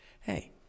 hey